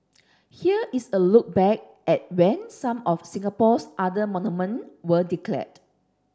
here is a look back at when some of Singapore's other monument were declared